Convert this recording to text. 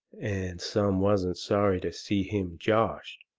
and some wasn't sorry to see him joshed.